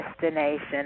destination